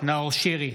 נאור שירי,